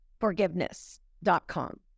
forgiveness.com